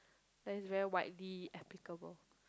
and it's very widely applicable